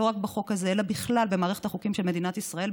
לא רק בחוק הזה אלא בכלל במערכת החוקים של מדינת ישראל,